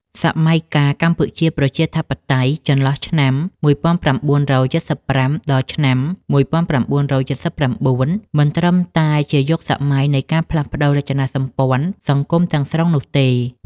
សម័យកាលកម្ពុជាប្រជាធិបតេយ្យ ចន្លោះឆ្នាំ ១៩៧៥ ដល់ឆ្នាំ ១៩៧៩ មិនត្រឹមតែជាយុគសម័យនៃការផ្លាស់ប្តូររចនាសម្ព័ន្ធសង្គមទាំងស្រុងនោះទេ។